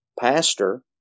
pastor